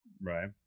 Right